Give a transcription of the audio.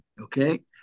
Okay